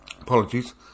apologies